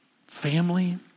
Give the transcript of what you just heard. family